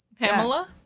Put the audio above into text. Pamela